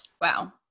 Wow